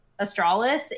Astralis